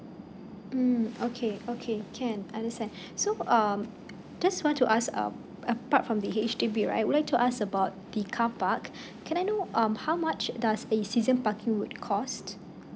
mm okay okay can understand so um just want to ask um apart from the H_D_B right would like to ask about the carpark can I know um how much does a season parking would cost